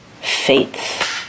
Faith